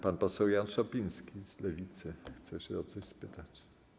Pan poseł Jan Szopiński z Lewicy chce o coś spytać.